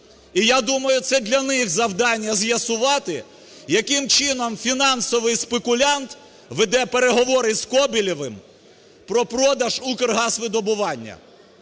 І я думаю, це для них завдання з'ясувати, яким чином фінансовий спекулянт веде переговори з Коболєвим про продаж "Укргазвидобування".